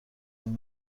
این